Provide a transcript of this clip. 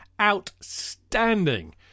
Outstanding